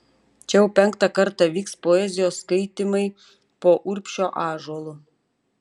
čia jau penktą kartą vyks poezijos skaitymai po urbšio ąžuolu